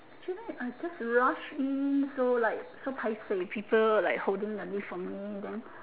shouldn't I just rush in so like so paiseh people like holding the lift for me then